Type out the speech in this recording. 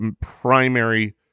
primary